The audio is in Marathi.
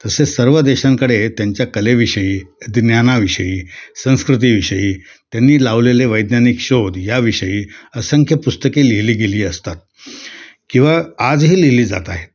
तसेच सर्व देशांकडे त्यांच्या कलेविषयी ज्ञानाविषयी संस्कृतीविषयी त्यांनी लावलेले वैज्ञानिक शोध याविषयी असंख्य पुस्तके लिहिली गेली असतात किंवा आजही लिहिली जात आहेत